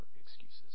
excuses